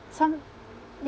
some